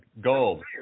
Gold